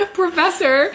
professor